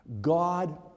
God